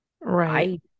Right